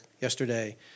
yesterday